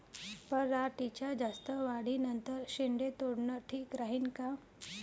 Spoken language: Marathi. पराटीच्या जास्त वाढी नंतर शेंडे तोडनं ठीक राहीन का?